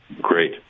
Great